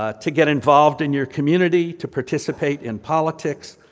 ah to get involved in your community, to participate in politics,